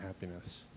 happiness